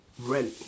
Rent